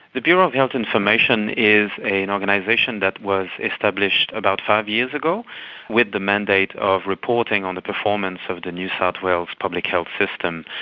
the bureau of health information is an and organisation that was established about five years ago with the mandate of reporting on the performance of the new south wales public health system.